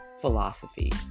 philosophy